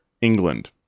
England